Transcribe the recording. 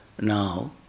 Now